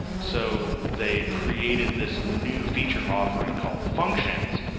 so they created this new feature offering called functions,